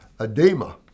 edema